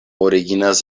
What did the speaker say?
originas